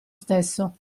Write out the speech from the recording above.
stesso